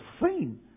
seen